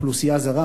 אוכלוסייה זרה,